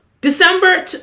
December